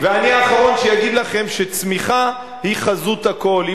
ואני האחרון שאגיד לכם שצמיחה היא חזות הכול.